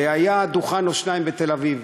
והיה דוכן או שניים בתל-אביב,